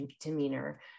demeanor